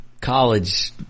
college